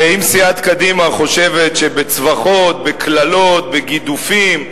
ואם סיעת קדימה חושבת שבצווחות, בקללות, בגידופים,